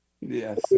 Yes